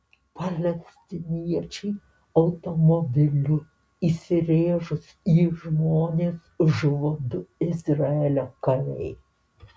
palestiniečiui automobiliu įsirėžus į žmonės žuvo du izraelio kariai